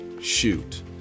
shoot